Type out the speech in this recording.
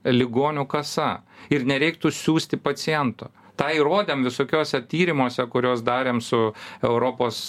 ligonių kasa ir nereiktų siųsti paciento tą įrodėm visokiose tyrimuose kuriuos darėm su europos